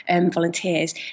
volunteers